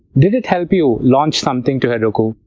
did it help you launch something to heroku?